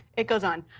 it goes on.